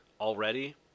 already